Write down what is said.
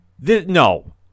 no